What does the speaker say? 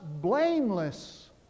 blameless